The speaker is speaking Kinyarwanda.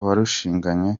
warushinganye